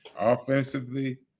Offensively